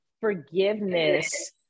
forgiveness